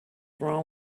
wrong